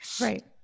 right